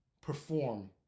perform